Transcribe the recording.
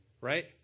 right